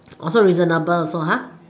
also reasonable also ah